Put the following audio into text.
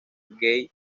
gay